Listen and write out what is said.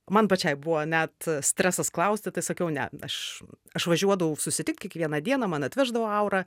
man pačiai buvo net stresas klausti tai sakau ne aš aš važiuodavau susitikti kiekvieną dieną man atveždavo aurą